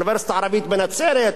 אוניברסיטה ערבית בנצרת,